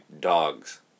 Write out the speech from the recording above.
dogs